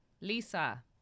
lisa